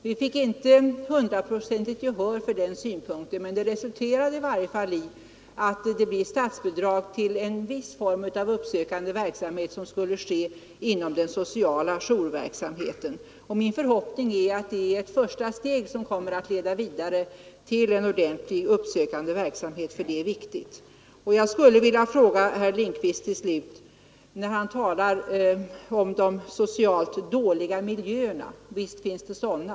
Vi fick inte hundraprocentigt gehör för den synpunkten, men förslaget resulterade i varje fall i statsbidrag till en viss form av uppsökande verksamhet, som skulle äga rum inom den sociala jourverksamheten. Min förhoppning är att detta är ett första steg, som kommer att leda vidare till en ordentlig uppsökande verksamhet; detta är viktigt. Slutligen, när herr Lindkvist talade om de socialt dåliga miljöerna och visst finns det sådana!